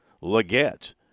Leggett